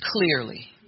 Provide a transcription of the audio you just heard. clearly